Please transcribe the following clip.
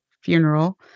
funeral